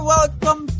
Welcome